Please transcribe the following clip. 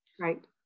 Right